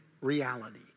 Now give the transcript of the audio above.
reality